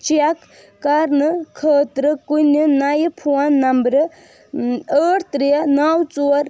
check کرنہٕ خٲطرٕ کُنہِ نَیہِ فون نمبرٕ ٲں ٲٹھ ترٛےٚ نَو ژور